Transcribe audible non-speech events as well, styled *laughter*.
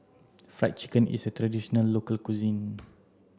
fried chicken is a traditional local cuisine *noise*